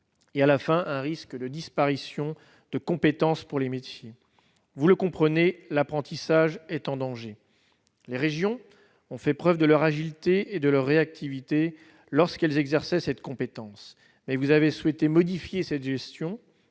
et,, un risque de disparition de compétences pour les métiers. Vous le comprenez, l'apprentissage est en danger. Les régions ont fait la preuve de leur agilité et de leur réactivité lorsqu'elles exerçaient cette compétence, mais vous avez souhaité modifier cette gestion.